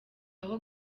aho